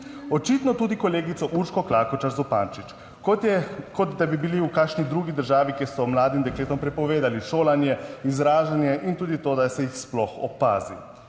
očitno tudi kolegico Urško Klakočar Zupančič, kot je, kot da bi bili v kakšni drugi državi, kjer so mladim dekletom prepovedali šolanje, izražanje in tudi to, da se jih sploh opazi.